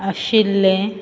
आशिल्लें